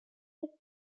with